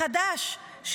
החדש,